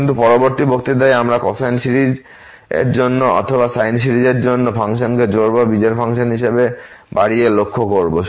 কিন্তু পরবর্তী বক্তৃতায় আমরা কোসাইন সিরিজের জন্য অথবা সাইন সিরিজের জন্য ফাংশনকে জোড় বা বিজোড় ফাংশন হিসাবে বাড়িয়ে লক্ষ্য করব